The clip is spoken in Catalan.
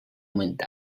augment